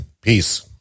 Peace